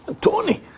Tony